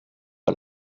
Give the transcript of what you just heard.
est